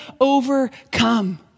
overcome